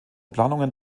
planungen